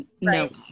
no